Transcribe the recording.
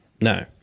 No